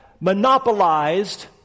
monopolized